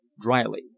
dryly